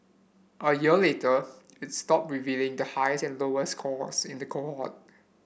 a year later its stopped revealing the highest and lowest scores in the cohort